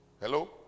Hello